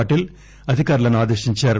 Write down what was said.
పాటిల్ అధికారులను ఆదేశించారు